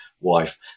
wife